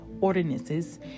ordinances